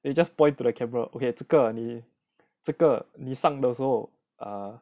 they just point to the camera okay 这个你这个你上的时候 err